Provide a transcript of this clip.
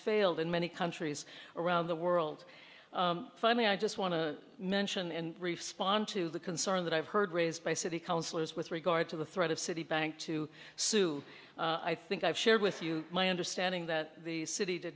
failed in many countries around the world finally i just want to mention and respond to the concern that i've heard raised by city councilors with regard to the threat of citibank to sue i think i've shared with you my understanding that the city